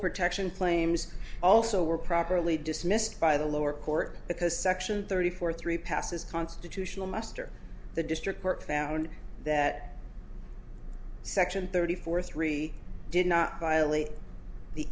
protection claims also were properly dismissed by the lower court because section thirty four three passes constitutional muster the district court found that section thirty four three did not violate the